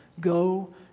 go